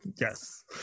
Yes